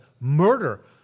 murder